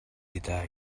gyda